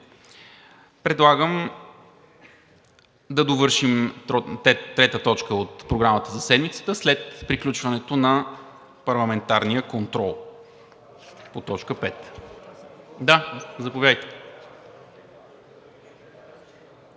Предлагам да довършим трета точка от Програмата за седмицата след приключването на парламентарния контрол по точка пет.